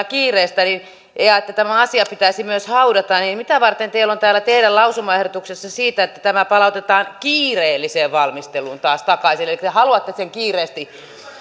kiireestä ja siitä että tämä asia pitäisi myös haudata niin mitä varten teillä on täällä teidän lausumaehdotuksessanne siitä että tämä palautetaan kiireelliseen valmisteluun taas takaisin elikkä te haluatte sen kiireesti